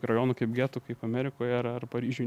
rajonų kaip getų kaip amerikoj ar ar paryžiuj